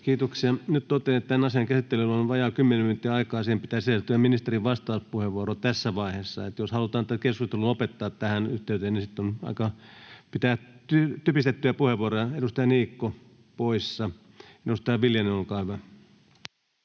Kiitoksia. — Nyt totean, että tämän asian käsittelyyn on vajaa 10 minuuttia aikaa, siihen pitää sisältyä ministerin vastauspuheenvuoro tässä vaiheessa. Jos halutaan tämä keskustelu lopettaa tähän yhteyteen, niin sitten on aika pitää typistettyjä puheenvuoroja. — Edustaja Niikko poissa. — Edustaja Viljanen, olkaa hyvä.